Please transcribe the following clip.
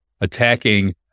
attacking